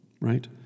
right